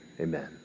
amen